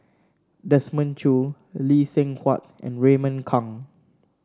Desmond Choo Lee Seng Huat and Raymond Kang